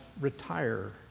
retire